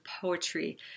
poetry